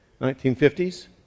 1950s